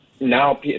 now